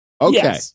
Okay